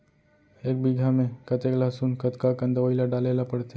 एक बीघा में कतेक लहसुन कतका कन दवई ल डाले ल पड़थे?